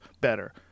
better